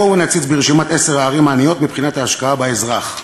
בואו נציץ ברשימת עשר הערים העניות מבחינת ההשקעה באזרח: